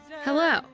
Hello